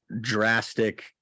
drastic